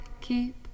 keep